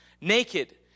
naked